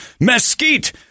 mesquite